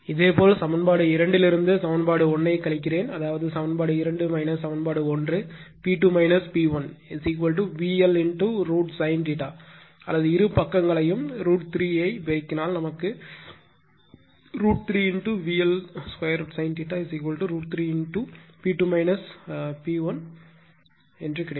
இதேபோல் சமன்பாடு 2 இலிருந்து சமன்பாடு 1 ஐக் கழித்தால் அதாவது சமன்பாடு 2 சமன்பாடு 1 P2 P1 VL √ sin அல்லது இரு பக்கங்களையும் √ 3 ஐ பெருக்கினால் √ 3 VL √ sin √ 3 P2 P P1 கிடைக்கும்